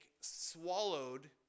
swallowed